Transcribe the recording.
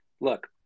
Look